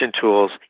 tools